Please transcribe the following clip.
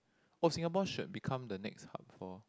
oh Singapore should become the next hub for